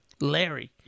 Larry